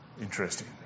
Interesting